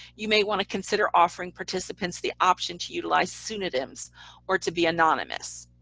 you may want to consider offering participants the option to utilize pseudonyms or to be anonymous.